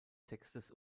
textes